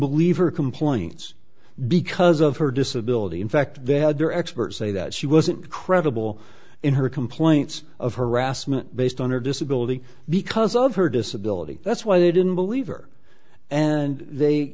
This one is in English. believe her complaints because of her disability in fact they had their experts say that she wasn't credible in her complaints of harassment based on her disability because of her disability that's why they didn't believe her and they